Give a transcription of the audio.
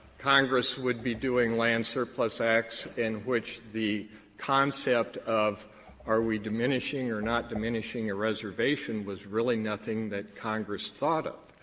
congress would be doing land surplus acts in which the concept of are we diminishing or not diminishing a reservation was really nothing that congress thought of.